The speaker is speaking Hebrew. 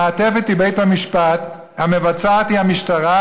המעטפת היא בית המשפט, המבצעת היא המשטרה,